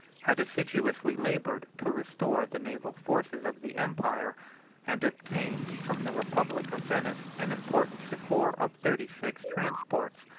had assiduously labored to restore the naval forces of the empire and obtained from the republic of venice an important succor of thirty-six transports,